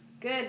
Good